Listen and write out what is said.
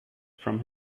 from